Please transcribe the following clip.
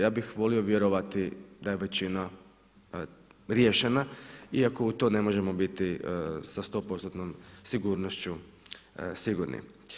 Ja bih volio vjerovati da je većina riješena iako u to ne možemo biti sa sto postotnom sigurnošću sigurni.